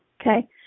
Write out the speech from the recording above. okay